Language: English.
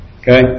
Okay